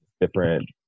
different